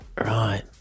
Right